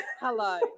hello